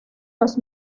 los